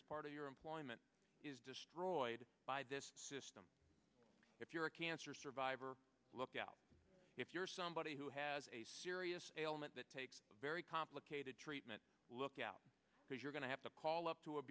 as part of your employment is destroyed by this system if you're a cancer survivor look out if you're somebody who has a serious ailment that takes a very complicated treatment look out because you're going to have to call up to a